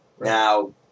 Now